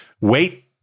wait